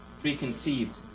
preconceived